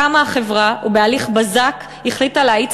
קמה החברה ובהליך בזק החליטה להאיץ